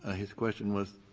ah his question was,